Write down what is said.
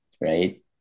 right